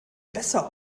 besser